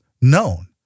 known